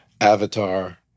Avatar